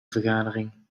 vergadering